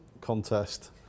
contest